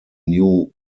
new